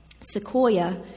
Sequoia